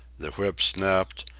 the whips snapped,